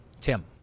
Tim